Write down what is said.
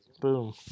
Boom